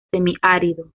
semiárido